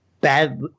bad